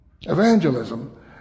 Evangelism